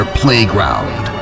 playground